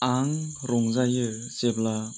आं रंजायो जेब्ला